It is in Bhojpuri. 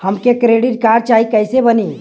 हमके क्रेडिट कार्ड चाही कैसे बनी?